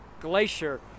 glacier